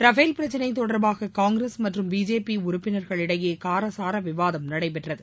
Rafale பிரச்சினை தொடர்பாக கங்கிரஸ் மற்றும் பிஜேபி உறுப்பினர்களிடையே காரசார விவாதம் நடைபெற்றது